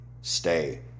stay